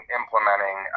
implementing